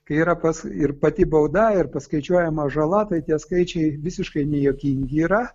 kai yra pas ir pati bauda ir paskaičiuojama žala tai tie skaičiai visiškai nejuokingi yra